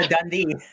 dundee